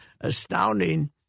astounding